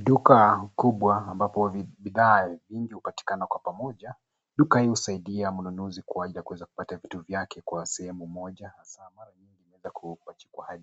Duka kubwa, ambapo ni bidhaa nyingi hupatikana kwa pamoja. Duka hii husaidia mnunuzi kwa ajri ya kuweza kupata vitu vyake kwa sehemu moja na kuweza kujua